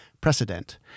precedent